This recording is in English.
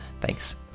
Thanks